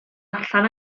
allan